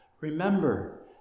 Remember